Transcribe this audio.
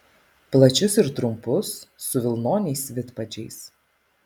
plačius ir trumpus su vilnoniais vidpadžiais